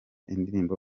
indirimbo